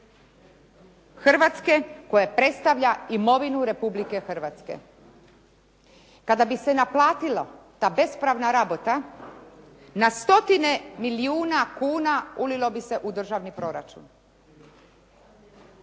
Hrvatske koje predstavlja imovinu Republike Hrvatske. Kada bi se naplatila ta bespravna rabota na stotine milijuna kuna ulilo bi se u državni proračun.